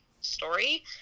story